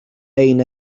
أين